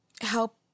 help